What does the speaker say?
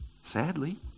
Sadly